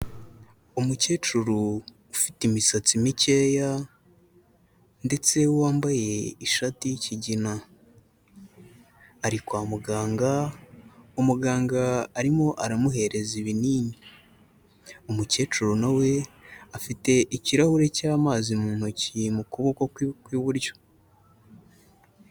Umukecuru ufite imisatsi mikeya, ndetse wambaye ishati y'ikigina. Ari kwa muganga, umuganga arimo aramuhereza ibini umukecuru nawe afite ikirahure cy'amazi mu ntoki mu kuboko kwe kw'iburyo.